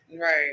Right